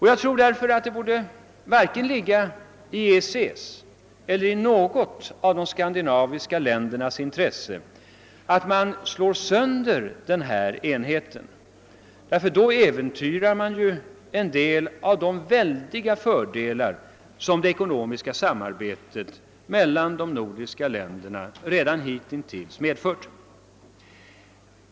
Jag tror därför att det varken borde ligga i EEC:s eller i något av de skandinaviska ländernas intresse, att man slår sönder denna enhet, ty då äventyrar man en del av de väldiga fördelar, som det ekonomiska samarbetet mellan de nordiska länderna redan hittills medfört.